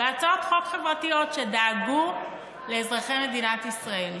בהצעות חוק חברתיות שדאגו לאזרחי מדינת ישראל.